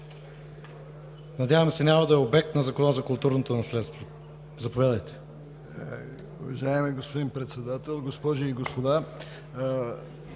Надявам се, няма да е обект на Закона за културното наследство. Заповядайте. МИЛЕН МИХОВ (ПФ): Уважаеми господин Председател, госпожи и господа!